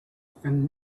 from